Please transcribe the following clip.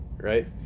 right